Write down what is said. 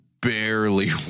barely